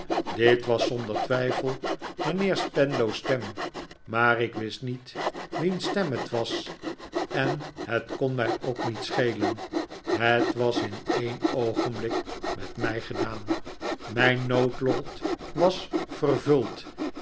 dit was zonder twijfel mijnheer spenlow's stem maar ik wist niet wiens stem het was en het kon mij ook niet schelen het was in een oogenblik met mij gedaan mijn noodlot was vervuld